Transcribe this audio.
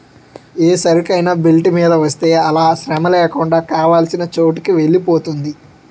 ఏ సరుకైనా బెల్ట్ మీద వేస్తే అలా శ్రమలేకుండా కావాల్సిన చోటుకి వెలిపోతుంది